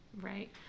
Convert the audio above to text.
right